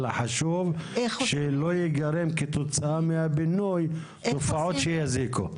אלא חשוב שלא ייגרמו כתוצאה מהפינוי תופעות שיזיקו?